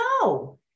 No